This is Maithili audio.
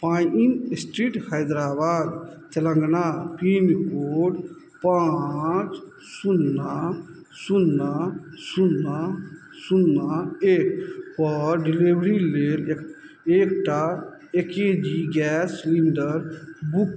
पानि street Hyderabad Telangana pin code पाँच शून्ना शून्ना शून्ना शून्ना एकपर डिलीवरी लेल एकटा a K G gas cylinder book